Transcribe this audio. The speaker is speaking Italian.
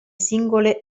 singole